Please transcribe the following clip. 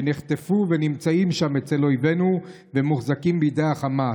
שנחטפו ונמצאים שם אצל אויבנו ומוחזקים בידי חמאס.